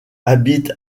habite